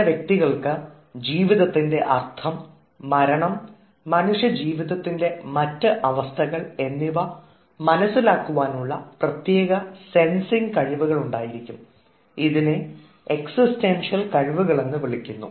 ചില വ്യക്തികൾക്ക് ജീവിതത്തിൻറെ അർത്ഥം മരണം മനുഷ്യ ജീവിതത്തിൻറെ മറ്റ് അവസ്ഥകൾ എന്നിവ മനസ്സിലാക്കുവാനുള്ള പ്രത്യേക സെൻസിംഗ് കഴിവുകൾ ഉണ്ടായിരിക്കും ഇതിനെ എക്സിടെൻഷ്യൽ കഴിവുകൾ എന്ന് വിളിക്കുന്നു